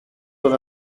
τον